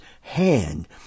hand